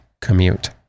commute